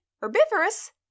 Herbivorous